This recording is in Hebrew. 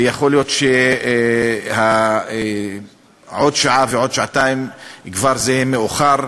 ויכול להיות שעוד שעה ועוד שעתיים כבר יהיה מאוחר,